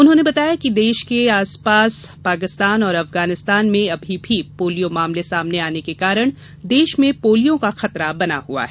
उन्होंने बताया कि देश के आसपास पाकिस्तान और अफगानिस्तान में अभी भी पोलियो मामले सामने आने के कारण देश में पोलियो का खतरा बना हुआ है